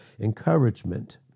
encouragement